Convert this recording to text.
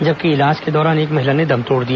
जबकि इलाज के दौरान एक महिला ने दम तोड़ दिया